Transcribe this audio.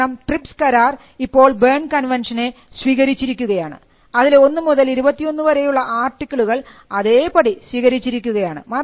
കാരണം ട്രിപ്സ് കരാർ ഇപ്പോൾ ബേൺ കൺവെൻഷനെ സ്വീകരിച്ചിരിക്കുകയാണ് അതിലെ 1 മുതൽ 21 വരെയുള്ള ആർട്ടിക്കിളുകൾ അതേപടി സ്വീകരിച്ചിരിക്കുകയാണ്